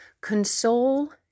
console